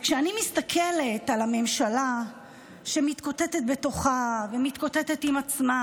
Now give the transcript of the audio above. וכשאני מסתכלת על הממשלה שמתקוטטת בתוכה ומתקוטטת עם עצמה,